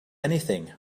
anything